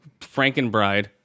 Frankenbride